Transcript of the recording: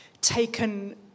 taken